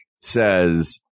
says